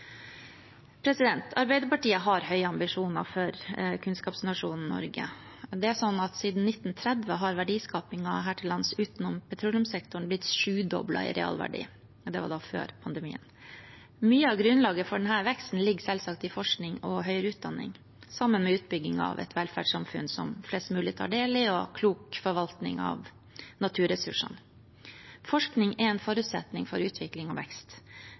Arbeiderpartiet har høye ambisjoner for kunnskapsnasjonen Norge. Siden 1930 har verdiskapingen her til lands, utenom petroleumssektoren, blitt sjudoblet i realverdi, men det var før pandemien. Mye av grunnlaget for denne veksten ligger selvsagt i forskning og høyere utdanning – sammen med utbygging av et velferdssamfunn som flest mulig tar del i, og klok forvaltning av naturressursene. Forskning er en forutsetning for utvikling og vekst.